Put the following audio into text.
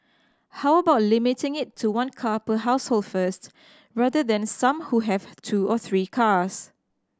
how about limiting it to one car per household first rather than some who have two or three cars